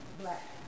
Black